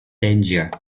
tangier